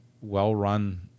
well-run